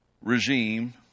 regime